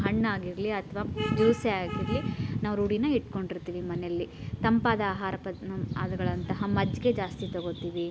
ಹಣ್ಣಾಗಿರಲಿ ಅಥ್ವಾ ಜ್ಯೂಸೇ ಆಗಿರಲಿ ನಾವು ರೂಢಿ ಇಟ್ಕೊಂಡಿರ್ತೀವಿ ಮನೆಯಲ್ಲಿ ತಂಪಾದ ಆಹಾರ ಪದ್ ಅದುಗಳಂತಹ ಮಜ್ಜಿಗೆ ಜಾಸ್ತಿ ತಗೋತೀವಿ